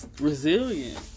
resilient